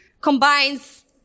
combines